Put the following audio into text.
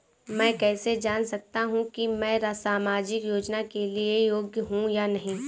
मैं कैसे जान सकता हूँ कि मैं सामाजिक योजना के लिए योग्य हूँ या नहीं?